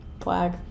flag